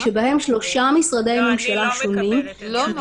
שבהם שלושה משרדי ממשלה שונים -- אני לא מקבלת את זה,